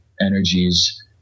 energies